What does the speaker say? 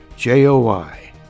J-O-Y